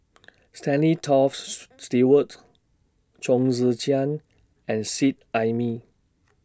Stanley Toft Stewart Chong Tze Chien and Seet Ai Mee